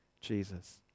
Jesus